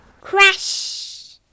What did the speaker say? Crash